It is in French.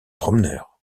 promeneurs